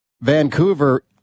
Vancouver